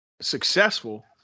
successful